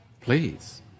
Please